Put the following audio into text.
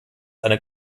ein